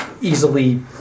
easily